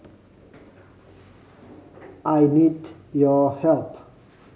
I need your help